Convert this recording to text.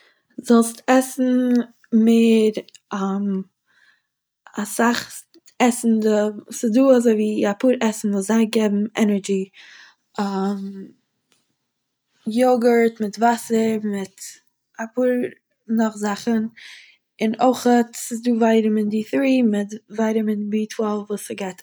זאלסט עסן מיט אסאך עסן, ס'איז דא אזויווי א פאר עסן וואס זיי געבן ענערדזשי יאגורט מיט וואסער מיט א פאר נאך זאכן, און אויכ'עט ס'איז דא ווייטאמין די-טרי און ווייטאמין בי-טוועלף וואס ס'געבט ענערדזשי